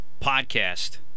podcast